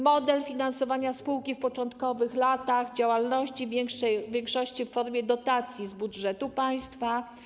Model finansowania spółki w początkowych latach działalności w większości ma być w formie dotacji z budżetu państwa.